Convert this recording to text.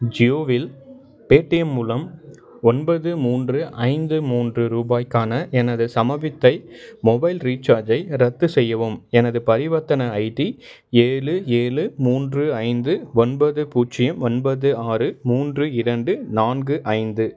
ஜியோவில் Paytm மூலம் ஒன்பது மூன்று ஐந்து மூன்று ரூபாய்க்கான எனது சமபித்தை மொபைல் ரீசார்ஜை ரத்து செய்யவும் எனது பரிவர்த்தனை ஐடி ஏழு ஏழு மூன்று ஐந்து ஒன்பது பூஜ்ஜியம் ஒன்பது ஆறு மூன்று இரண்டு நான்கு ஐந்து